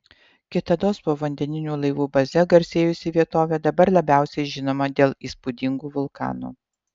kitados povandeninių laivų baze garsėjusi vietovė dabar labiausiai žinoma dėl įspūdingų vulkanų